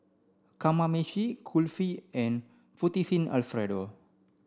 Kamameshi Kulfi and Fettuccine Alfredo